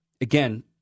again